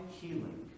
healing